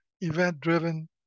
event-driven